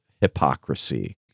hypocrisy